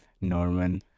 Norman